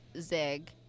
zig